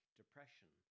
depression